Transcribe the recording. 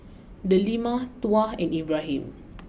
Delima Tuah and Ibrahim